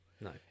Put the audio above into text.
No